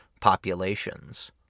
populations